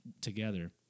together